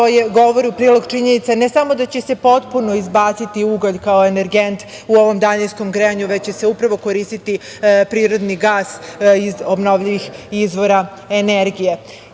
govori u prilog činjenica ne samo da će se potpuno izbaciti ugalj kao energent u ovom daljinskom grejanju, već će se upravo koristiti prirodni gas iz obnovljivih izvora energije. Inače,